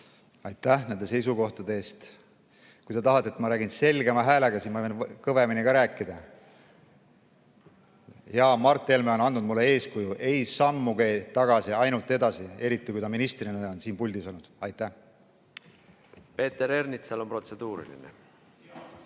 Aitäh nende seisukohtade eest! Kui sa tahad, et ma räägin selgema häälega, siis ma võin kõvemini ka rääkida. Jaa, Mart Helme on andnud mulle eeskuju: ei sammugi tagasi, ainult edasi. Eriti kui ta ministrina on siin puldis olnud. Aitäh nende seisukohtade